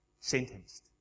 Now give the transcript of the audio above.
sentenced